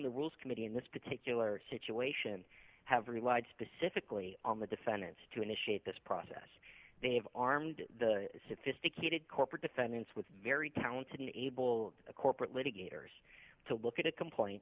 the rules committee in this particular situation have relied specifically on the defendants to initiate this process they have armed the sophisticated corporate defendants with very talented and able corporate litigators to look at a complain